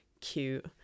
cute